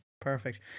perfect